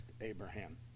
Abraham